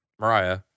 Mariah